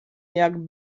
jak